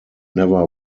never